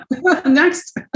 next